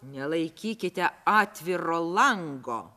nelaikykite atviro lango